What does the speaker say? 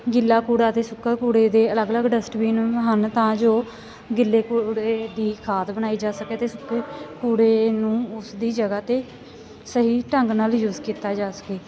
ਗਿੱਲਾ ਕੂੜਾ ਅਤੇ ਸੁੱਕਾ ਕੂੜੇ ਦੇ ਅਲੱਗ ਅਲੱਗ ਡਸਟਬਿਨ ਵੀ ਹਨ ਤਾਂ ਜੋ ਗਿੱਲੇ ਕੂੜੇ ਕੀ ਖਾਦ ਬਣਾਈ ਜਾ ਸਕੇ ਅਤੇ ਸੁੱਕੇ ਕੂੜੇ ਨੂੰ ਉਸਦੀ ਜਗ੍ਹਾ 'ਤੇ ਸਹੀ ਢੰਗ ਨਾਲ ਯੂਜ ਕੀਤਾ ਜਾ ਸਕੇ